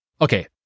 Okay